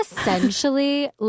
essentially